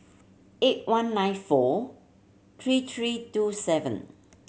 eight one nine four three three two seven